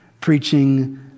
preaching